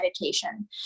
meditation